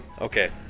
Okay